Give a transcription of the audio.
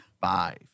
Five